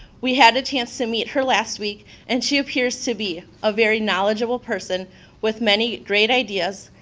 we had a chance to meet her last week and she appears to be a very knowledgeable person with many great ideas,